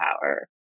power